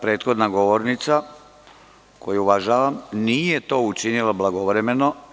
Prethodna govornica, koju uvažavam, nije to učinila blagovremeno.